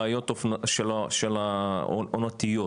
בעיות עונתיות,